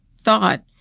thought